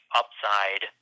upside